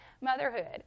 Motherhood